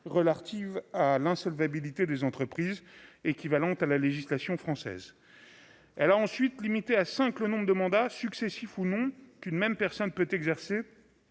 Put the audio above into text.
relatives à l'insolvabilité des entreprises, équivalentes à la législation française. Elle a ensuite limité à cinq le nombre de mandats, successifs ou non, qu'une même personne peut exercer